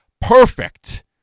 perfect